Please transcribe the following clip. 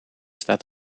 staat